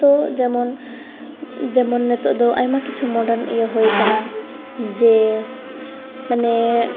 ᱱᱤᱛᱚᱜ ᱡᱮᱢᱚᱱ ᱡᱮᱢᱚᱱ ᱱᱤᱛᱚᱜᱫᱚ ᱟᱭᱢᱟ ᱠᱤᱪᱷᱩ ᱢᱚᱰᱟᱱ ᱤᱭᱟᱹ ᱦᱩᱭᱟᱠᱟᱱᱟ ᱡᱮ ᱢᱟᱱᱮ